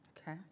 okay